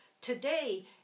Today